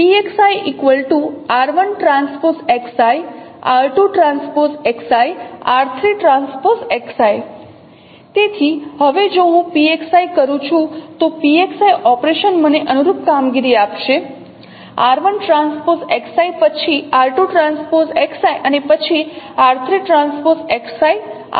તેથી હવે જો હું PXi કરું છું તો PXi ઓપરેશન મને અનુરૂપ કામગીરી આપશે r1TXi પછી r2TXi અને પછી r3TXi આપશે